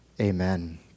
Amen